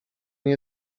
nie